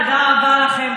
תודה רבה לכם.